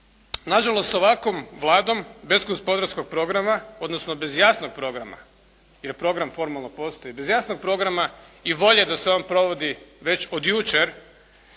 Na žalost sa ovakvom Vladom bez gospodarskog programa, odnosno bez jasnog programa, jer program formalno postoji, bez jasnog programa i volje da se on provodi, već od jučer,